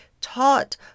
taught